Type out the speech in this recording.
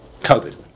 COVID